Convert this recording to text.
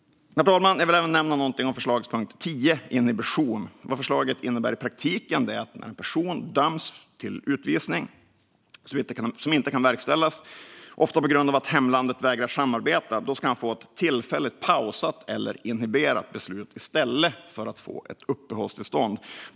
Herr talman! Jag vill även nämna något om förslagspunkt 10, inhibition. Vad förslaget innebär i praktiken är att när en person döms till utvisning som inte kan verkställas, ofta på grund av att hemlandet vägrar samarbeta, ska han få ett tillfälligt pausat eller inhiberat beslut i stället för att få ett uppehållstillstånd.